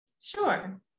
Sure